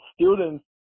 students